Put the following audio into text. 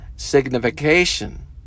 signification